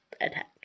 attack